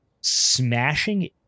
smashing